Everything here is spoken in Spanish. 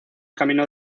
camino